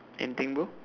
anything bro